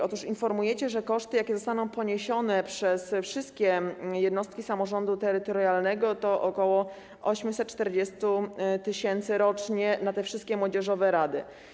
Otóż informujecie, że koszty, które zostaną poniesione przez wszystkie jednostki samorządu terytorialnego, to ok. 840 tys. rocznie na wszystkie młodzieżowe rady.